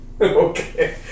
Okay